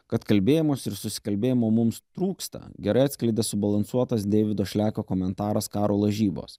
kad kalbėjimosi ir susikalbėjimo mums trūksta gerai atskleidė subalansuotas deivido šlekio komentaras karo lažybos